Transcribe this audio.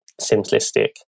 simplistic